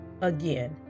Again